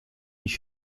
ich